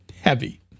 heavy